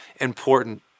important